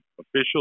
official